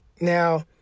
Now